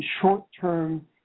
short-term